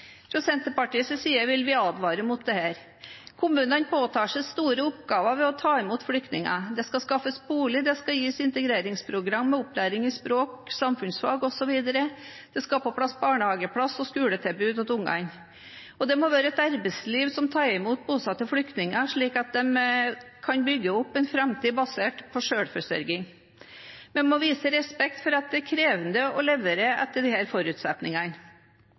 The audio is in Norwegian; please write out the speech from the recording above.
Fra Senterpartiets side vil vi advare mot dette. Kommunene påtar seg store oppgaver ved å ta imot flyktninger. Det skal skaffes bolig, det skal gis integreringsprogram med opplæring i språk, samfunnsfag osv., det skal på plass barnehageplasser og skoletilbud til ungene. Det må også være et arbeidsliv som tar imot bosatte flyktninger, slik at de kan bygge opp en framtid basert på selvforsørging. Vi må vise respekt for at det er krevende å levere etter disse forutsetningene.